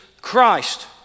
Christ